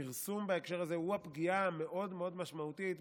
הפרסום בהקשר הזה הוא הפגיעה המאוד-מאוד משמעותית,